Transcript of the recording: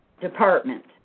department